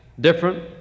different